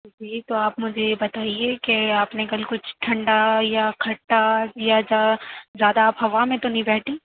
جی تو آپ مجھے یہ بتائیے کہ آپ نے کل کچھ ٹھنڈا یا کھٹا یا جا زیادہ آپ ہَوا میں تو نہیں بیٹھی